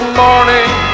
morning